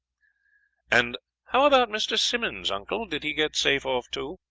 and how about mr. simmonds, uncle? did he get safe off too?